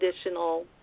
additional